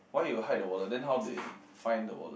why you hide the wallet then how they find the wallet